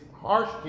harsh